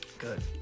good